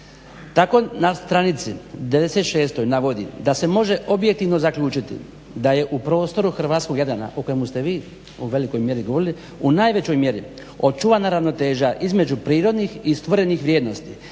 Tako na stranici 96. navodi da se može objektivno zaključiti da je u prostoru hrvatskog Jadrana o kojemu ste vi u velikoj mjeri govorili u najvećoj mjeri očuvana ravnoteža između prirodnih i stvorenih vrijednosti